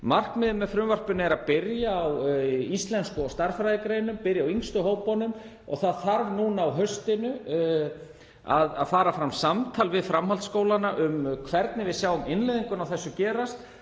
Markmiðið með frumvarpinu er að byrja á íslensku og stærðfræðigreinum, byrja á yngstu hópunum. Og það þarf nú á haustinu að fara fram samtal við framhaldsskólana um hvernig við sjáum innleiðinguna á þessu gerast.